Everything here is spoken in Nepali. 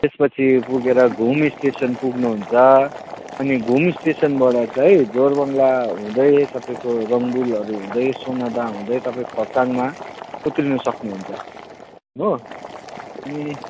त्यसपछि पुगेर घुम स्टेसन पुग्नुहुन्छ अनि घुम स्टेसनबाट चाहिँ जोरबङ्गला हुँदै तपाईँको रङ्बुलहरू हुँदै सोनादा हुँदै तपाईँ खरसाङमा उत्रिनु सक्नुहुन्छ हो अनि